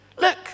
Look